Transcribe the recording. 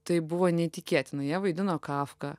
tai buvo neįtikėtina jie vaidino kafką